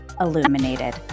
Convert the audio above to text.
illuminated